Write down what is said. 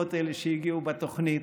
בעקבות אלה שהגיעו בתוכנית.